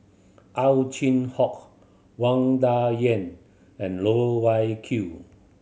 Ow Chin Hock Wang Dayuan and Loh Wai Kiew